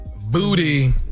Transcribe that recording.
Booty